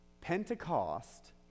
Pentecost